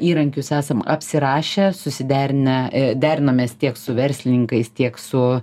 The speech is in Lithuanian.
įrankius esam apsirašę susiderinę derinomės tiek su verslininkais tiek su